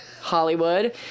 Hollywood